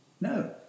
no